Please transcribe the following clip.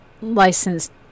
Licensed